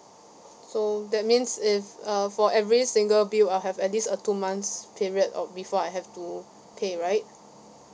so that means if uh for every single bill I have at least a two months period of before I have to pay right